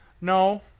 No